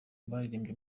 baririmbye